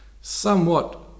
somewhat